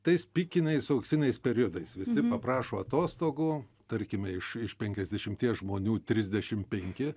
tais pikiniais auksiniais periodais visi paprašo atostogų tarkime iš iš penkiasdešimties žmonių trisdešimt penki